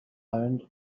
owned